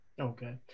Okay